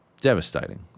devastating